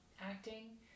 acting